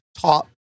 top